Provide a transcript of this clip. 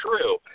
true